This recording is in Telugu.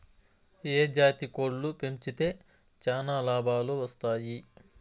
ఏ జాతి కోళ్లు పెంచితే చానా లాభాలు వస్తాయి?